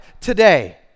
today